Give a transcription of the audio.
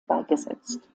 beigesetzt